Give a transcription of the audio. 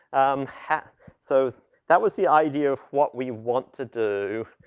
um, ha so that was the idea of what we want to do.